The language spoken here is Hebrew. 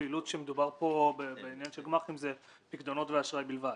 הפעילות שמדובר בה בעניין של גמ"חים היא פיקדונות ואשראי בלבד,